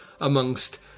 amongst